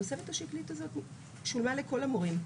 התוספת השקלית הזאת שולמה לכל המורים.